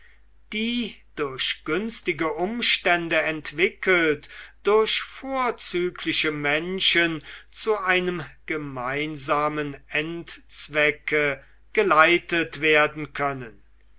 die durch günstige umstände entwickelt durch vorzügliche menschen zu einem gemeinsamen endzwecke geleitet werden können